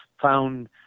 found